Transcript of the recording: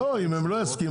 לא אם הם לא יסכימו,